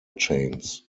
chains